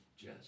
Jess